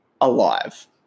alive